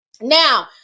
now